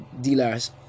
dealers